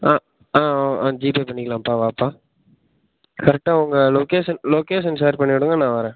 ஆ ஆ ஆ ஆ ஜிபே பண்ணிக்கலாம்ப்பா வாப்பா கரெக்ட்டாக உங்கள் லொக்கேஷன் லொக்கேஷன் ஷேர் பண்ணி விடுங்கள் நான் வரேன்